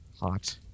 hot